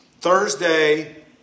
Thursday